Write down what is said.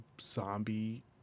zombie